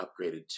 upgraded